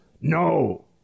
No